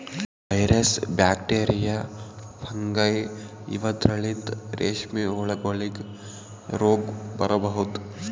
virus, bacteria, fungi ಇವದ್ರಲಿಂತ್ ರೇಶ್ಮಿ ಹುಳಗೋಲಿಗ್ ರೋಗ್ ಬರಬಹುದ್